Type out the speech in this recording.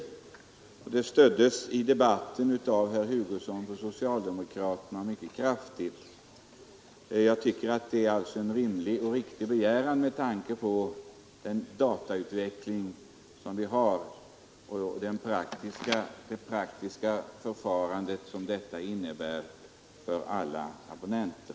Den motionen stöddes mycket kraftigt i debatten av herr Hugosson för socialdemokraterna. Jag tycker alltså att ett införande av postnummer i telekatalogerna är en rimlig och riktig begäran med tanke på datautvecklingen och det praktiska förfarande som det skulle innebära för alla abonnenter.